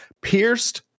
Pierced